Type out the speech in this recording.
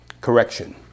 correction